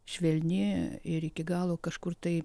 švelni ir iki galo kažkur tai